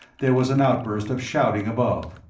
there was an outburst of shouting above.